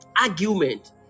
argument